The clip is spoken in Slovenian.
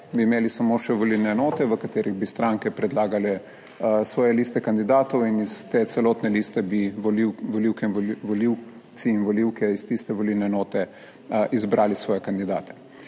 bi imeli samo še volilne enote, v katerih bi stranke predlagale svoje liste kandidatov in iz te celotne liste bi volivci in volivke iz tiste volilne enote izbrali svoje kandidate.